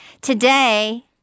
Today